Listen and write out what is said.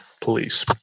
police